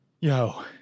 Yo